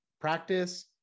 practice